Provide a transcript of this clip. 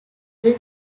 hill